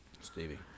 Stevie